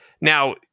now